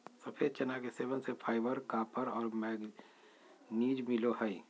सफ़ेद चना के सेवन से फाइबर, कॉपर और मैंगनीज मिलो हइ